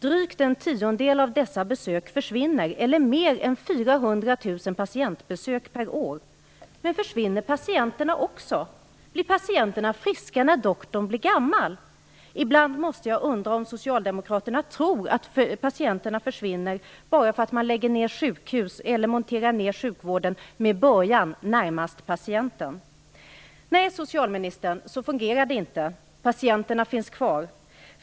Drygt en tiondel av dessa besök, eller mer än 400 000 per år, försvinner. Men försvinner patienterna också? Blir patienterna friska när doktorn blir gammal? Ibland undrar jag om socialdemokraterna tror att patienterna försvinner bara för att man lägger ner sjukhus eller monterar ner sjukvården med början närmast patienten. Nej, socialministern, så fungerar det inte. Patienterna finns kvar.